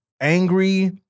angry